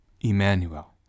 Emmanuel